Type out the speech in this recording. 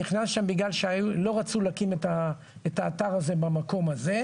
בגלל שלא רצו להקים את האתר הזה במקום הזה.